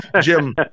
Jim